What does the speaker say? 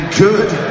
good